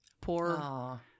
Poor